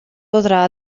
podrà